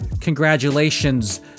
Congratulations